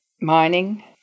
mining